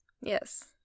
Yes